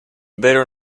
vero